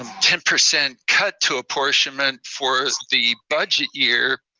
ten percent cut to apportionment for the budget year,